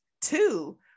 two